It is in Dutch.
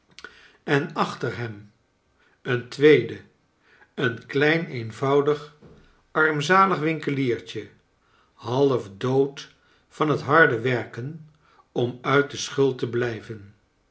en achter hem een tweede een klein eenvoudig armzalig winkeliertje half dood van het harde werken om uit de schuld te blijven